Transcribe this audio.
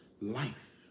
life